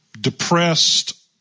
depressed